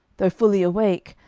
though fully awake,